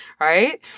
right